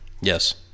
Yes